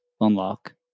unlock